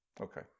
Okay